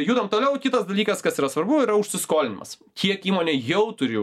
judam toliau kitas dalykas kas yra svarbu yra užsiskolinimas kiek įmonė jau turi